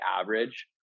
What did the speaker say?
average